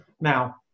Now